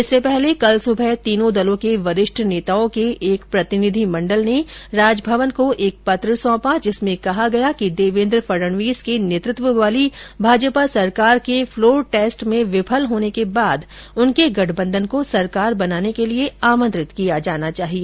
इससे पहले कल सुबह तीनों दर्लो के वरिष्ठ नेताओं के एक प्रतिनिधिमंडल ने राजभवन को एक पत्र सौंपा जिसमें कहा गया कि देवेंद्र फडणवीस के नेतृत्व वाली भाजपा सरकार के फ्लोर टेस्ट में विफल होने के बाद उनके गठबंधन को सरकार बनाने के लिए आमंत्रित किया जाना चाहिए